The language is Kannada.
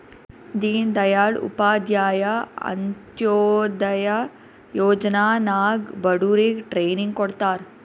ದೀನ್ ದಯಾಳ್ ಉಪಾಧ್ಯಾಯ ಅಂತ್ಯೋದಯ ಯೋಜನಾ ನಾಗ್ ಬಡುರಿಗ್ ಟ್ರೈನಿಂಗ್ ಕೊಡ್ತಾರ್